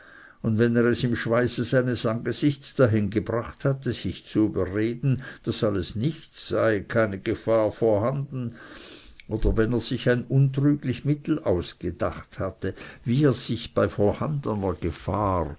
und wenn er es im schweiße seines angesichtes dahin gebracht hatte sich zu überreden daß alles nichts sei keine gefahr vorhanden oder wenn er sich ein untrüglich mittel ausgedacht hatte wie er sich bei vorhandener gefahr